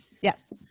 Yes